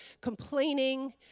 complaining